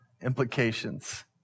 implications